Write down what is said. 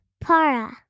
Para